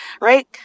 right